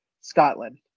Scotland